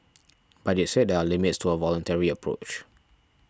but it said there are limits to a voluntary approach